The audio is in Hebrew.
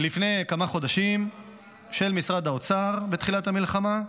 של משרד האוצר לפני כמה חודשים, בתחילת המלחמה,